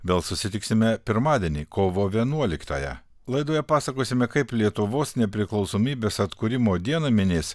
vėl susitiksime pirmadienį kovo vienuoliktąją laidoje pasakosime kaip lietuvos nepriklausomybės atkūrimo dieną minės